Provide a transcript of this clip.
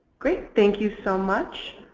great. thank you so much.